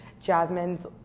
Jasmine's